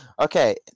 Okay